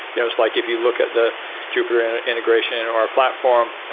you know it's like if you look at the jupyter and integration and or our platform,